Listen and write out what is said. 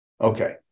okay